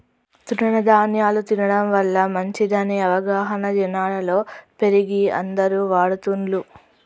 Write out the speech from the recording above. తృణ ధ్యాన్యాలు తినడం వల్ల మంచిదనే అవగాహన జనాలలో పెరిగి అందరు వాడుతున్లు